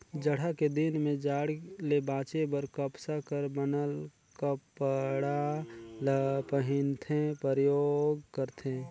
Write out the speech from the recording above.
जड़हा के दिन में जाड़ ले बांचे बर कपसा कर बनल कपड़ा ल पहिनथे, परयोग करथे